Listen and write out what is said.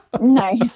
Nice